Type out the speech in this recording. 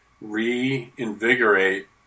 reinvigorate